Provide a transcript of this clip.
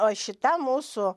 o šita mūsų